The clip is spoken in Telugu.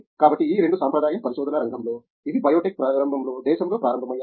కాబట్టి ఈ 2 సాంప్రదాయ పరిశోధన రంగంలో ఇవి బయోటెక్ ప్రారంభంలో దేశం లో ప్రారంభమయ్యాయి